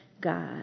God